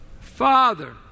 Father